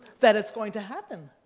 that it's going to happen.